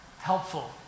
Helpful